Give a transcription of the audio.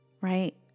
right